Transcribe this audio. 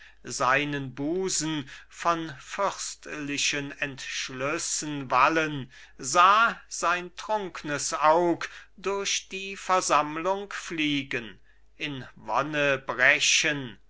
seinen busen von fürstlichen entschlüssen wallen sah sein trunknes aug durch die versammlung fliegen in wonne brechen